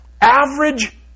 average